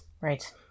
Right